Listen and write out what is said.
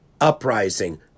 uprising